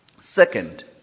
Second